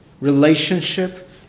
relationship